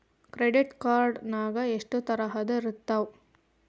Credit card ನಾಗ ಎಷ್ಟು ತರಹ ಇರ್ತಾವ್ರಿ?